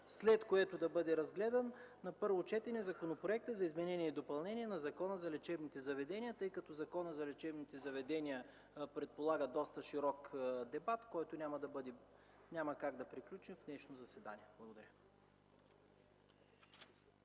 след което да бъде разгледан на първо четене Законопроектът за изменение и допълнение на Закона за лечебните заведения, тъй като той предполага доста широк дебат, който няма как да приключи на днешното заседание. Благодаря.